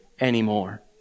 anymore